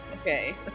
Okay